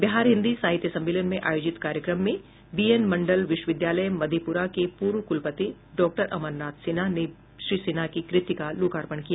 बिहार हिन्दी साहित्य सम्मेलन में आयोजित कार्यक्रम में बीएन मंडल विश्वविद्यालय मधेप्ररा के पूर्व कुलपति डॉक्टर अमरनाथ सिन्हा ने श्री सिन्हा की कृति का लोकार्पण किया